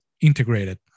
integrated